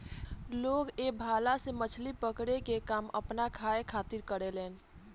लोग ए भाला से मछली पकड़े के काम आपना खाए खातिर करेलेन